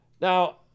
Now